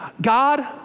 God